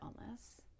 illness